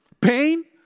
Pain